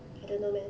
I don't know man